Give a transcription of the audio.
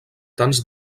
tants